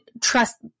trust